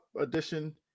edition